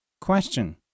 Question